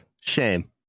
Shame